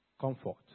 comfort